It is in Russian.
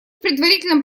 предварительном